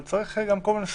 אבל צריך גם קומון סנס.